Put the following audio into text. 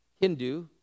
Hindu